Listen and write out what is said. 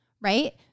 Right